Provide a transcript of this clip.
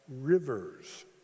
rivers